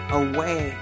away